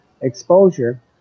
exposure